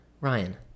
Ryan